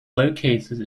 located